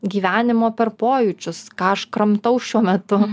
gyvenimo per pojūčius ką aš kramtau šiuo metu